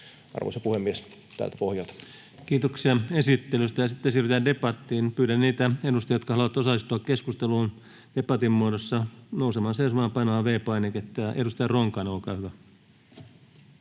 Arvoisa puhemies! Tältä pohjalta. Kiitoksia esittelystä. — Ja sitten siirrytään debattiin. Pyydän niitä edustajia, jotka haluavat osallistua keskusteluun debatin muodossa, nousemaan seisomaan ja painamaan V-painiketta. — Edustaja Ronkainen, olkaa hyvä.